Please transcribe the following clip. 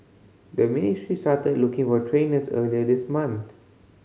the ministry started looking for trainers earlier this month